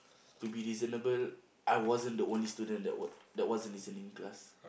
to be reasonable I wasn't the only student that wa~ that wasn't listening in class